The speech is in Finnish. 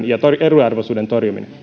ja eriarvoisuuden torjuminen